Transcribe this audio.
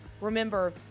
Remember